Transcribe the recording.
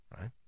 right